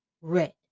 red